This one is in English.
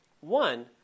One